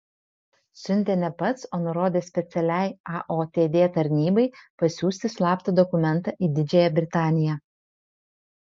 siuntė ne pats o nurodė specialiai aotd tarnybai pasiųsti slaptą dokumentą į didžiąją britaniją